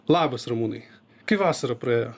labas ramūnai kaip vasara praėjo